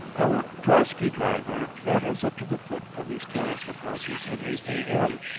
our drosky-driver rattles up to the foot of these terraced approaches at eight a m,